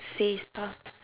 says stuff